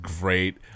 great